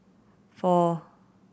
four